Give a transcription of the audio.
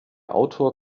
autor